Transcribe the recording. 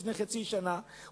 לפני חצי שנה,